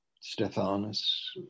Stephanus